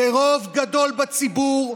רוב גדול בציבור,